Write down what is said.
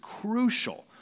crucial